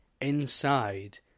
inside